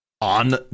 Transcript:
on